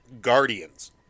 Guardians